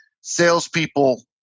salespeople